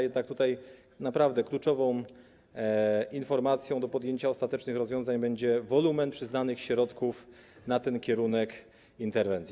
Jednak naprawdę kluczową informacją do podjęcia ostatecznych rozwiązań będzie wolumen przyznanych środków na ten kierunek interwencji.